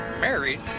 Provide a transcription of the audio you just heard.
Married